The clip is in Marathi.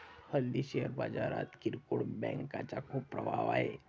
हल्ली शेअर बाजारात किरकोळ बँकांचा खूप प्रभाव आहे